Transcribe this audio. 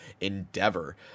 Endeavor